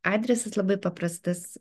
adresas labai paprastas